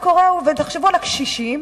תחשבו על הקשישים,